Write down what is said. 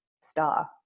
star